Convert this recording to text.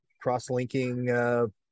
cross-linking